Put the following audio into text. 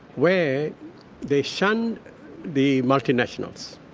where they shunned the multinationals.